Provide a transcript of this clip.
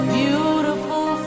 beautiful